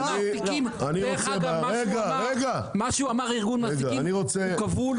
מה שאמר ארגון המעסיקים שהוא כבול,